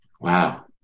wow